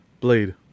Blade